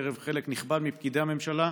בקרב חלק נכבד מפקידי הממשלה,